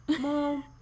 Mom